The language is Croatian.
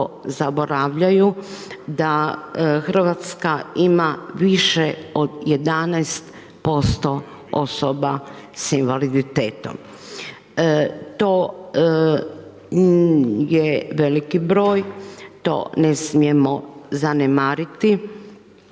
zaboravljaju da Hrvatska ima više od 11% osoba sa invaliditetom. To je veliki broj, to ne smijemo zanemariti